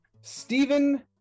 Stephen